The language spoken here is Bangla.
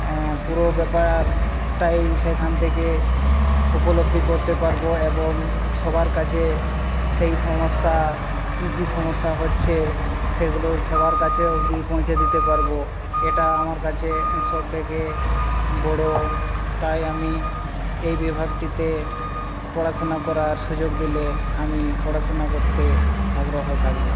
পুরো ব্যাপারটাই সেখান থেকে উপলব্ধি করতে পারবো এবং সবার কাছে সেই সমস্যা কী কী সমস্যা হচ্ছে সেগুলো সবার কাছে অব্দি পৌঁছে দিতে পারবো এটা আমার কাছে সবথেকে বড়ো তাই আমি এই বিভাগটিতে পড়াশুনা করার সুযোগ দিলে আমি পড়াশুনা করতে আগ্রহ থাকবো